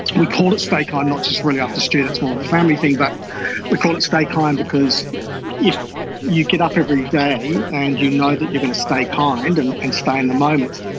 we called it stay kind not just really after stuart, that's more of a family thing, but we called it stay kind because if you get up every day and you know that you're going to stay kind and and stay in the moment,